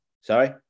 Sorry